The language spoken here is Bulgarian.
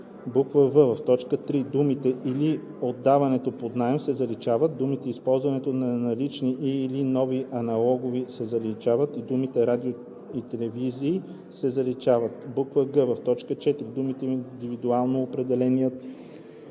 в) в т. 3 думите „или отдаването под наем“ се заличават, думите „използване на налични и/или нови аналогови“ се заличават и думите „радио- и телевизионни“ се заличават; г) в т. 4 думите „индивидуално определения